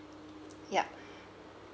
yup